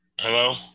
Hello